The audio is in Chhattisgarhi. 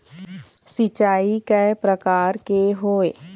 सिचाई कय प्रकार के होये?